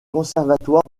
conservatoire